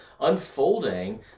unfolding